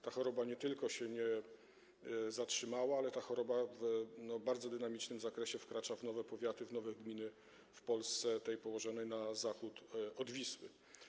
Ta choroba nie tylko się nie zatrzymała, ale także w bardzo dynamicznym zakresie wkracza w nowe powiaty, w nowe gminy w Polsce, tej położonej na zachód od Wisły.